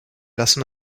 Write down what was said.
lassen